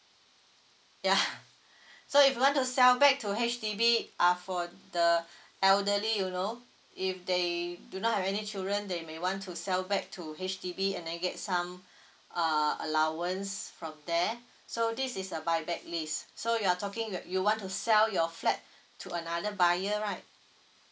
ya so if you want to sell back to H_D_B uh for the elderly you know if they do not have any children they may want to sell back to H_D_B and then get some uh allowance from there so this is a buyback list so you're talking y~ you want to sell your flat to another buyer right